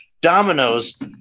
dominoes